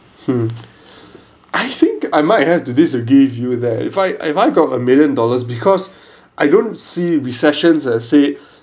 hmm I think I might have to disagree with you there if I if I got a million dollars because I don't see recessions as said